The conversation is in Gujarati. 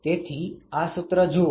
તેથી આ સુત્ર જુઓ